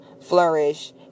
flourish